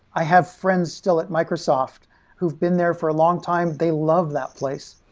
i have friends still at microsoft who've been there for a long time. they love that place.